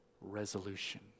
resolution